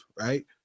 right